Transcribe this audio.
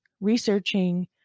researching